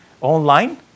online